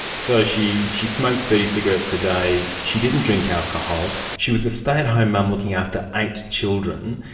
so she she smoked thirty cigarettes a day, she didn't drink alcohol, she was a stay-at-home mum looking after eight children,